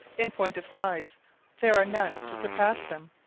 in point of size there are none to surpass them.